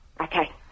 Okay